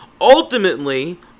ultimately